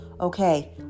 okay